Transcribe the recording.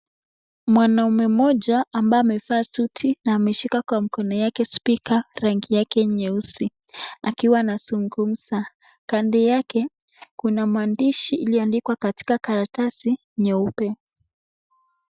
Mwanaume mmoja ambaye amevaa suti na ameshika kwa mikono yake spika rangi yake nyeusi akiwa anazugumza. Kando yake kuna maandishi iliyoandikwa katika karatasi nyeupe.